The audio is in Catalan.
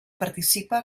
participa